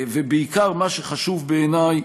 ובעיקר מה שחשוב בעיני,